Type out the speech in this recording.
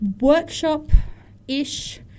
workshop-ish